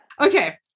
Okay